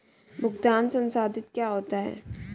भुगतान संसाधित क्या होता है?